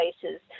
places